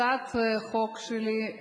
הצעת החוק שלי,